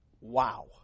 Wow